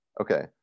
Okay